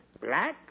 Black